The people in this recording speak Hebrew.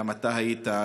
גם אתה היית,